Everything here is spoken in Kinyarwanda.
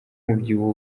umubyibuho